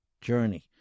journey